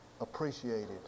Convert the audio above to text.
appreciated